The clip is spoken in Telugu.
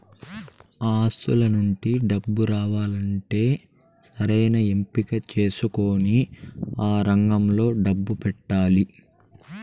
ఆస్తుల నుండి డబ్బు రావాలంటే సరైన ఎంపిక చేసుకొని ఆ రంగంలో డబ్బు పెట్టాలి